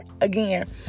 again